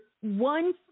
one